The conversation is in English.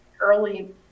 early